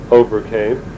overcame